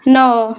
ନଅ